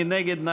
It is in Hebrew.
מי נגד?